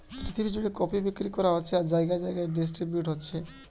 পৃথিবী জুড়ে কফি বিক্রি করা হচ্ছে আর জাগায় জাগায় ডিস্ট্রিবিউট হচ্ছে